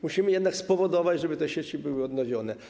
Musimy jednak spowodować, żeby te sieci były odnowione.